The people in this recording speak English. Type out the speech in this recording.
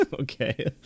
Okay